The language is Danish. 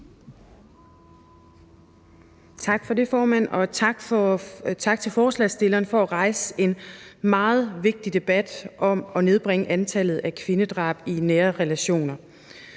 Tak for det, formand. Tak til forespørgeren for at rejse en meget vigtig debat om at nedbringe antallet af kvindedrab i nære relationer.